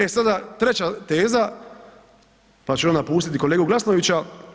E sada treća teza pa ću onda pustiti kolegu Glasnovića.